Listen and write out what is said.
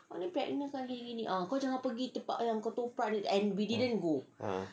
ah